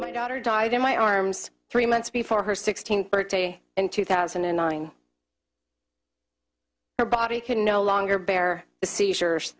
my daughter died in my arms three months before her sixteenth birthday in two thousand and nine her body can no longer bear the seizures